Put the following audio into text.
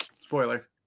spoiler